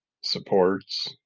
supports